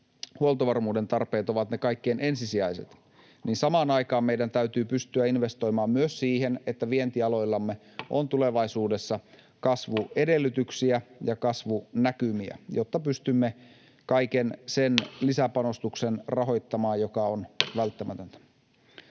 huoltovarmuuden tarpeet ovat ne kaikkein ensisijaisimmat, niin samaan aikaan meidän täytyy pystyä investoimaan myös siihen, että vientialoillamme on tulevaisuudessa kasvuedellytyksiä ja kasvunäkymiä, jotta pystymme rahoittamaan kaiken sen